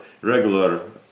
regular